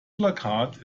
plakat